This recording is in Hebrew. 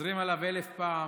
שחוזרים עליו אלף פעם